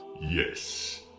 Yes